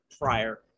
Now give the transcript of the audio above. prior